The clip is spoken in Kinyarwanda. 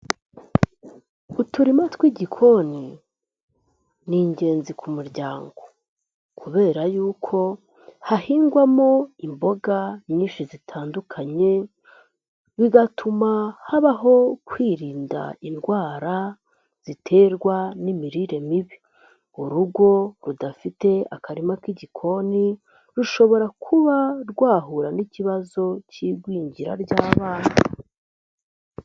Uturima tw'igikoni n'ingenzi ku muryango. Kubera yuko hahingwamo imboga nyinshi zitandukanye, bigatuma habaho kwirinda indwara ziterwa n'imirire mibi. Urugo rudafite akarima k'igikoni rushobora kuba rwahura n'ikibazo cy'igwingira ry'abana.